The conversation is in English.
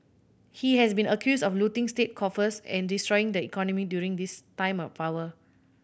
he has been accused of looting state coffers and destroying the economy during this time in power